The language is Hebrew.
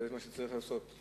זה מה שצריך לעשות.